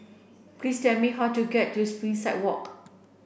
please tell me how to get to Springside Walk